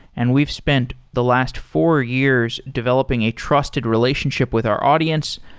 and we've spent the last four years developing a trusted relationship with our audience.